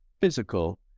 physical